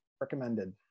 recommended